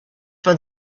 for